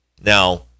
Now